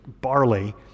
barley